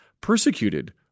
persecuted